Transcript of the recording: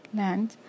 land